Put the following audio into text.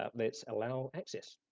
ah let's allow access.